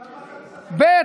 ב.